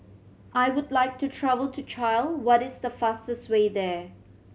I would like to travel to Chile what is the fastest way there